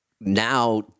now